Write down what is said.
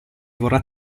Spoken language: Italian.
vorrà